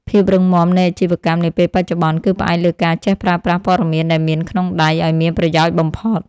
ភាពរឹងមាំនៃអាជីវកម្មនាពេលបច្ចុប្បន្ន គឺផ្អែកលើការចេះប្រើប្រាស់ព័ត៌មានដែលមានក្នុងដៃឱ្យមានប្រយោជន៍បំផុត។